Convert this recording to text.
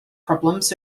problems